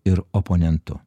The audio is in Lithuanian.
ir oponentu